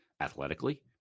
Athletically